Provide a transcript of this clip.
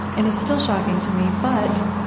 and it's still shocking to me, but,